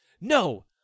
No